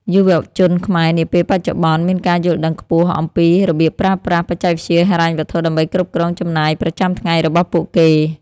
យុវជនខ្មែរនាពេលបច្ចុប្បន្នមានការយល់ដឹងខ្ពស់អំពីរបៀបប្រើប្រាស់បច្ចេកវិទ្យាហិរញ្ញវត្ថុ ដើម្បីគ្រប់គ្រងចំណាយប្រចាំថ្ងៃរបស់ពួកគេ។